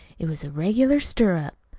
it was a regular stirrup.